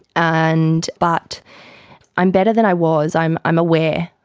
and but i'm better than i was. i'm i'm aware.